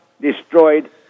destroyed